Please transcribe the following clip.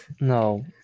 no